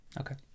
Okay